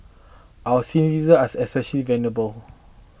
our senior citizen are especially vulnerable